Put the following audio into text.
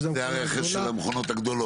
זה הרכש של המכונות הגדולות.